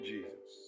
Jesus